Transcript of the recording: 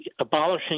abolishing